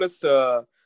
plus